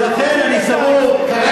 ולכן אני סבור,